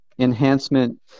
enhancement